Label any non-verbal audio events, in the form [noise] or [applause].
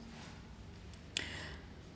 [breath]